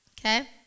okay